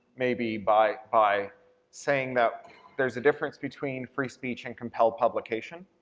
maybe, by by saying that there's a difference between free speech and compelled publication.